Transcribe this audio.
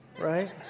right